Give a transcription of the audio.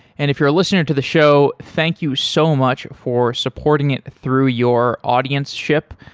and if you're a listener to the show, thank you so much for supporting it through your audienceship.